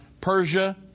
Persia